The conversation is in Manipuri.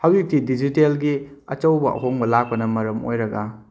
ꯍꯧꯖꯤꯛꯇꯤ ꯗꯤꯖꯤꯇꯦꯜꯒꯤ ꯑꯆꯧꯕ ꯑꯍꯣꯡꯕ ꯂꯥꯛꯄꯅ ꯃꯔꯝ ꯑꯣꯏꯔꯒ